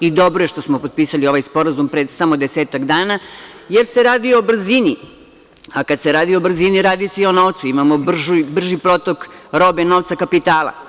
Dobro je što smo potpisali ovaj sporazum pre samo desetak dana, jer se radi o brzini, a kada se radi o brzini radi se i o novcu, imamo brži protok robe novca kapitala.